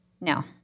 No